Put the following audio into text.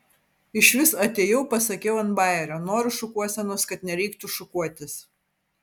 išvis atėjau pasakiau ant bajerio noriu šukuosenos kad nereiktų šukuotis